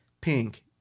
pink